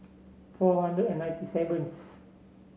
four hundred and ninety seventh